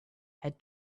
had